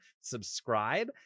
Subscribe